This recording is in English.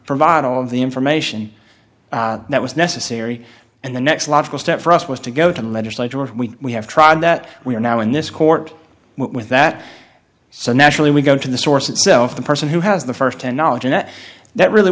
all of the information that was necessary and the next logical step for us was to go to the legislature and we we have tried that we are now in this court with that so naturally we go to the source itself the person who has the first hand knowledge and that really